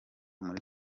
muri